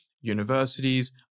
universities